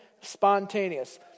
spontaneous